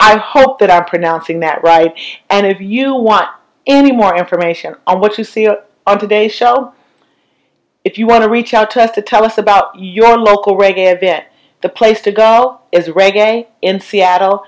i hope that our pronouncing that right and if you want any more information on what you see or on today show if you want to reach out to us to tell us about your local radio have it the place to go well is reggae in seattle